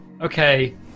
Okay